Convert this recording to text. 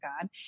God